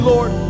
Lord